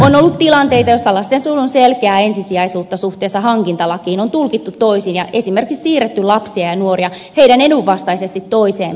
on ollut tilanteita joissa lastensuojelun selkeää ensisijaisuutta suhteessa hankintalakiin on tulkittu toisin ja esimerkiksi siirretty lapsia ja nuoria heidän etunsa vastaisesti toiseen paikkaan